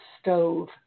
stove